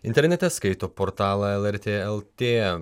internete skaito portalą lrt lt